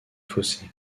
fossés